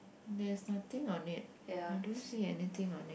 there's nothing on it I don't see anything on it